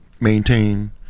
maintain